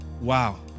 wow